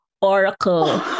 oracle